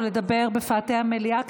או לדבר בפאתי המליאה,